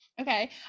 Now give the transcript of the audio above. okay